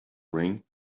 ring